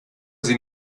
sie